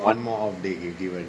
one more of the uk right